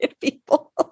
people